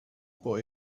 boy